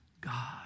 God